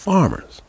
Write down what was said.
Farmers